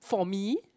for me